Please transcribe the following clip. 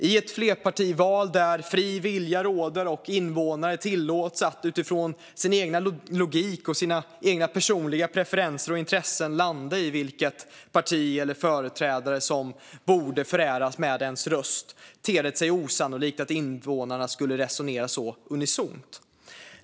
I ett flerpartival där fri vilja råder och invånare tillåts att utifrån sin egen logik och sina egna personliga preferenser och intressen landa i vilket parti, eller vilken företrädare, som borde föräras med ens röst, ter det sig osannolikt att invånarna skulle resonera så unisont.